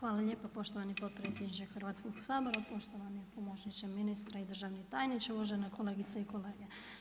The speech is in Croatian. Hvala lijepa poštovani potpredsjedniče Hrvatskog sabora, poštovani pomoćniče ministra i državni tajniče, uvažene kolegice i kolege.